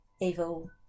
evil